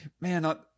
man